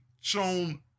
shown